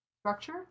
structure